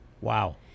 Wow